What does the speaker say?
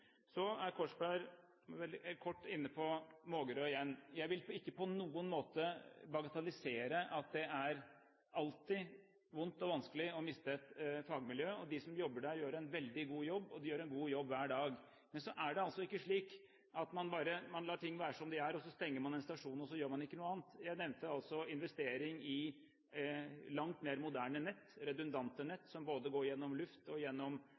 Så var Korsberg kort inne på Mågerø igjen. Jeg vil ikke på noen måte bagatellisere at det alltid er vondt og vanskelig å miste et fagmiljø. De som jobber der, gjør en veldig god jobb, og de gjør en god jobb hver dag. Men så er det altså ikke slik at man bare lar ting være som de er; at man stenger en stasjon, og så gjør man ikke noe annet. I mitt tidligere innlegg om dette nevnte jeg altså investering i langt mer moderne nett – redundante nett – som går gjennom både luft, fibernett og